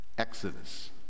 Exodus